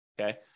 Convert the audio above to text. okay